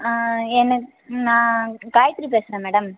ஆ எனக்கு நான் காயத்ரி பேசுகிறேன் மேடம்